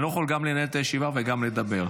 אני לא יכול גם לנהל את הישיבה וגם לדבר.